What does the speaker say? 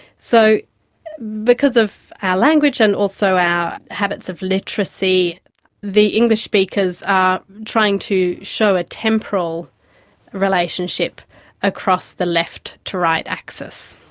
so because of our language and also our habits of literacy the english speakers are trying to show a temporal relationship across the left to right axis,